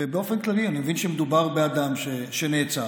ובאופן כללי אני מבין שמדובר באדם שנעצר,